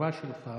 החשובה שלך